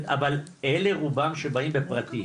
אבל אלה רובם שבאים בפרטי,